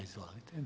Izvolite.